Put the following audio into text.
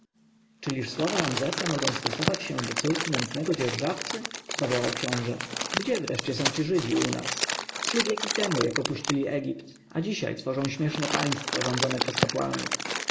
czyliż słowa ramzesa mogą stosować się do córki nędznego dzierżawcy zawołał książę gdzie wreszcie są ci żydzi u nas trzy wieki temu jak opuścili egipt a dzisiaj tworzą śmieszne państwo rządzone przez kapłanów